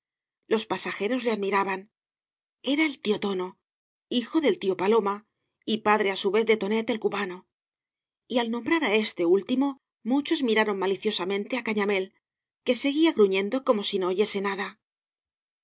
los pasajeros le admiraban era el tío tono hijo del tío paloma y padre á su vez de tonet el cubano y al nombrar á este último muchos miraron maliciosamente á cañamél que seguía gruñendo como si no oyese nada